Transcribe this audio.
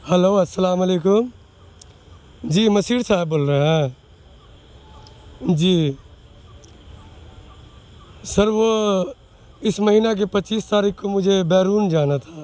hello السلام علیکم جی مشیر صاحب بول رہے ہیں جی سر وہ اس مہینہ کے پچیس تاریخ کو مجھے بیرون جانا تھا